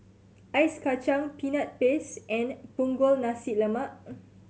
Ice Kachang Peanut Paste and Punggol Nasi Lemak